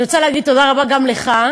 אני רוצה להגיד תודה רבה גם לך,